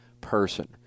person